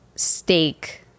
steak